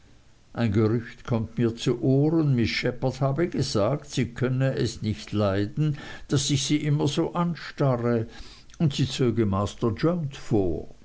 ein gerücht kommt mir zu ohren miß shepherd habe gesagt sie könnte es nicht leiden daß ich sie immer so anstarre und sie zöge master jones vor